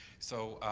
so,